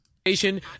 Station